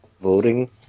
voting